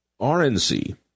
RNC